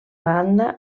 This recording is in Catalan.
banda